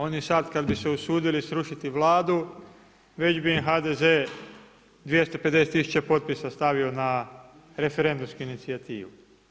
Oni sad kad bi se usudili srušiti Vladu, već bi im HDZ 250000 potpisa stavio na referendumsku inicijativu.